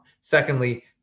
Secondly